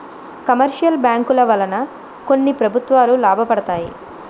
commercial బ్యాంకుల వలన కొన్ని ప్రభుత్వాలు లాభపడతాయి